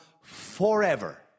forever